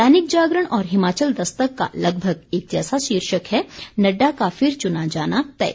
दैनिक जागरण और हिमाचल दस्तक का लगभग एक जैसा शीर्षक है नड्डा का फिर चुना जाना तय